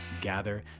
gather